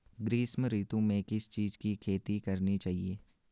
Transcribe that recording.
ग्रीष्म ऋतु में किस चीज़ की खेती करनी चाहिये?